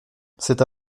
cet